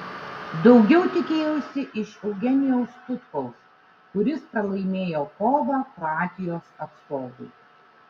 daugiau tikėjausi iš eugenijaus tutkaus kuris pralaimėjo kovą kroatijos atstovui